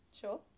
Sure